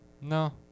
No